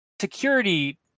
security